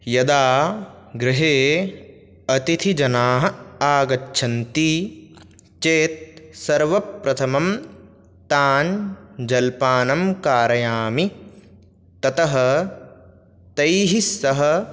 यदा गृहे अतिथिजनाः आगच्छन्ति चेत् सर्वप्रथमं तान् जलपानं कारयामि ततः तैः सह